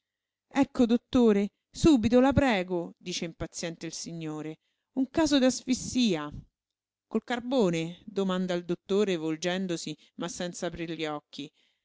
ecco dottore subito la prego dice impaziente il signore un caso d'asfissia col carbone domanda il dottore volgendosi ma senza aprir gli occhi